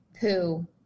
poo